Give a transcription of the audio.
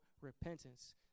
repentance